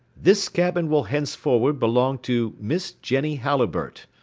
this cabin will henceforward belong to miss jenny halliburtt.